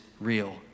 real